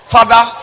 Father